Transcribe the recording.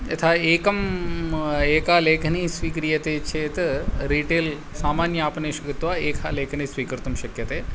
यथा एकम् एका लेखनी स्वीक्रियते चेत् रिटेल् सामान्य आपणेषु गत्वा एका लेखनी स्वीकर्तुं शक्यते